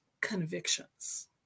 convictions